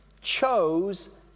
chose